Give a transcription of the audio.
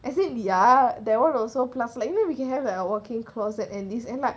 as in ya that one also plus like you know we can have a working closet and this and like